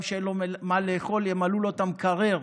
שאין לו מה לאכול ימלאו לו את המקרר,